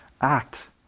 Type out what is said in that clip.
act